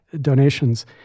donations